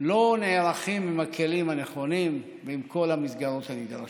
לא נערכים עם הכלים הנכונים ועם כל המסגרות הנדרשות.